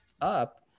up